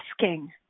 asking